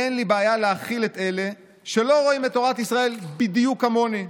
אין לי בעיה להכיל את אלה שלא רואים את תורת ישראל בדיוק כמוני.